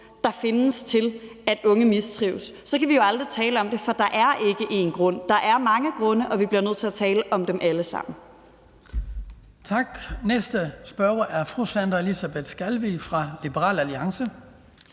der findes, til at unge mistrives, så kan vi jo aldrig tale om det, for der er ikke en grund. Der er mange grunde, og vi bliver nødt til at tale om dem alle sammen.